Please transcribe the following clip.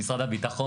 במשרד הביטחון,